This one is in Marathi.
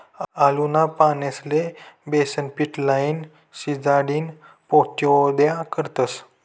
आळूना पानेस्ले बेसनपीट लाईन, शिजाडीन पाट्योड्या करतस